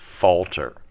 falter